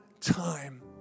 time